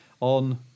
On